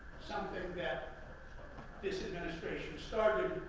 something that this administration so